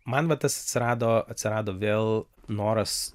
man va tas atsirado atsirado vėl noras